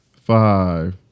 five